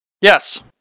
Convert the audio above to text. Yes